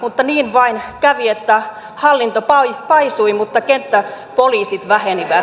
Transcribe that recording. mutta niin vain kävi että hallinto paisui mutta kenttäpoliisit vähenivät